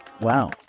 wow